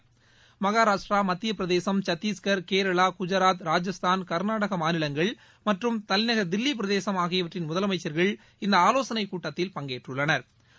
தமிழ்நாடு மகாராஷ்டிரா மத்திய பிரதேசம் சத்திஷ்கர் கேரளா குஜராத் ராஜஸ்தான் வர்நாடகா மாநிலங்கள் மற்றும் தலைநகர் தில்லி பிரதேசம் ஆகியவற்றின் முதலமைச்சர்கள் இந்த ஆவோசனை கூட்டத்தில் பங்கேற்றுள்ளனா்